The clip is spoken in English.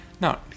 No